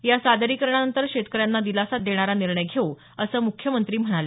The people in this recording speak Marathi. या सादरीकरणानंतर शेतकऱ्यांना दिलासा देणारा निर्णय घेऊ असं मुख्यमंत्री म्हणाले